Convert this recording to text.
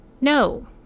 No